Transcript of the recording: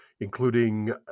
including